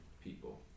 people